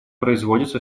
производится